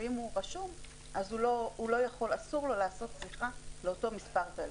ואם הוא רשום אז אסור לו לעשות שיחה לאותו מספר טלפון.